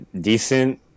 decent